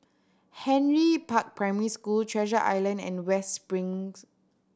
Henry Park Primary School Treasure Island and West Springs